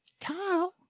Kyle